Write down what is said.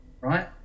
right